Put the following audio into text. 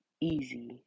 easy